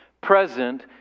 present